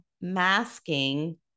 masking